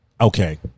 Okay